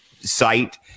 site